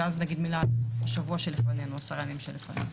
ואז נגיד מילה על עשרת הימים שלפנינו.